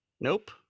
Nope